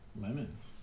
lemons